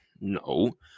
no